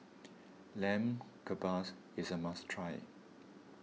Lamb Kebabs is a must try